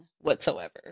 whatsoever